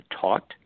taught